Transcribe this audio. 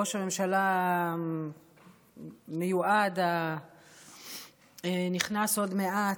ראש הממשלה המיועד, הנכנס עוד מעט,